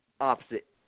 opposite